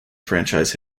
franchise